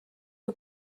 kui